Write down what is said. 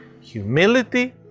Humility